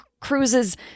Cruise's